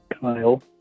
Kyle